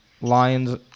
Lions